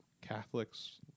Catholics